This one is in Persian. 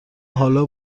حالا